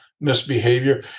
misbehavior